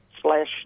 slash